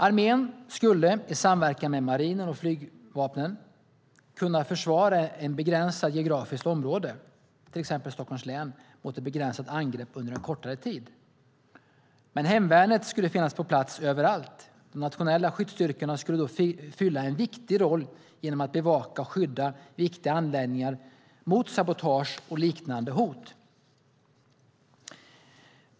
Armén skulle i samverkan med marinen och flygvapnen kunna försvara ett begränsat geografiskt område, till exempel Stockholms län, mot ett begränsat angrepp under en kortare tid. Men hemvärnet skulle finnas på plats överallt. De nationella skyddsstyrkorna skulle då ha en viktig roll genom att bevaka och skydda viktiga anläggningar mot sabotage och liknande hot.